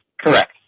Correct